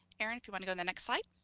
erin, you wanna go to the next slide.